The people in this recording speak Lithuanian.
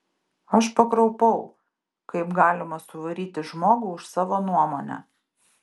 aš pakraupau kaip galima suvaryti žmogų už savo nuomonę